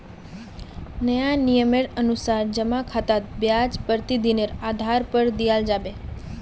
नया नियमेर अनुसार जमा खातात ब्याज प्रतिदिनेर आधार पर दियाल जाबे